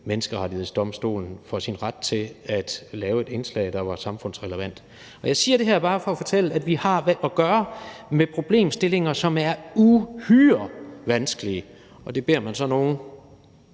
Menneskerettighedsdomstolen for sin ret til at lave et indslag, der var samfundsrelevant. Jeg siger det her bare for at fortælle, at vi har at gøre med problemstillinger, som er uhyre vanskelige, og det beder man så nogle